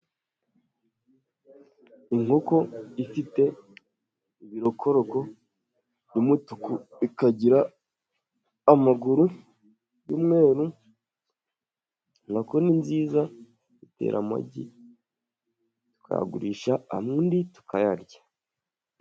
Inkoko ifite ibirokoroko by'umutuku, ikagira amaguru y'umweru, inkoko ni nziza itera amagi tukayagurisha ayandi tukayarya.